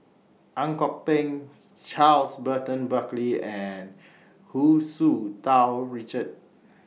Ang Kok Peng Charles Burton Buckley and Hu Tsu Tau Richard